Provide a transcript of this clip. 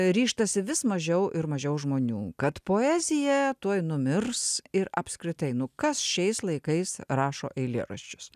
ryžtasi vis mažiau ir mažiau žmonių kad poezija tuoj numirs ir apskritai nu kas šiais laikais rašo eilėraščius